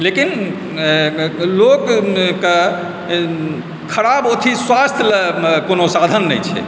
लेकिन लोकके खराब ओथि स्वास्थ लए कोनो साधन नहि छै